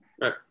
right